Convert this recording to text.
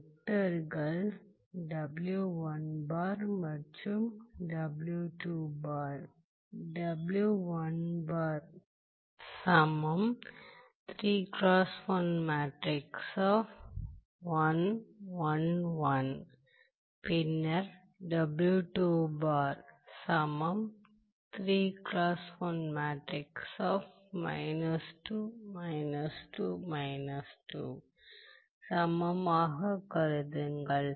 வெக்டர்கள் மற்றும் பின்னர் சமமாகக் கருதுங்கள்